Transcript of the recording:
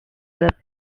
its